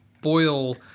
boil